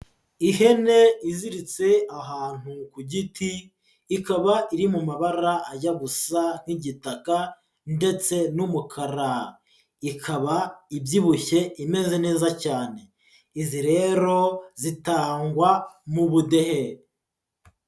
Ihene iziritse ahantu ku giti, ikaba iri mu mabara ajya gusa nk'igitaka ndetse n'umukara. Ikaba ibyibushye imeze neza cyane, izi rero zitangwa mu budehe.